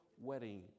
wedding